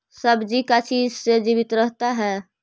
सब्जी का चीज से जीवित रहता है?